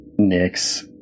Nyx